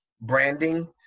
branding